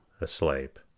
asleep